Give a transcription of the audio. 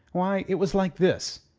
why, it was like this.